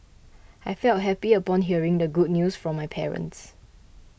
I felt happy upon hearing the good news from my parents